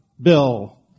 bill